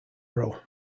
row